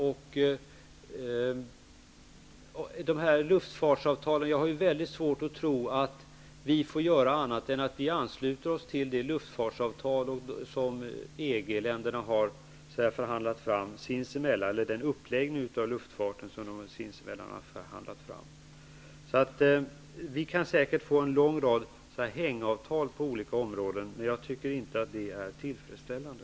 Jag har mycket svårt att tro att vi får göra annat än att ansluta oss till den uppläggning av luftfarten som EG-länderna sins emellan har förhandlat fram. Vi kan säkert få en lång rad hängavtal på olika områden, men jag tycker inte att det är tillfredsställande.